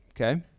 okay